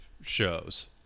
shows